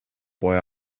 boy